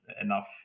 enough